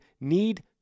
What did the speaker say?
need